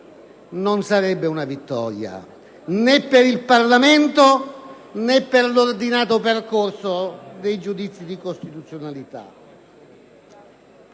non sarebbe una vittoria, né per il Parlamento né per l'ordinato percorso dei giudizi di costituzionalità.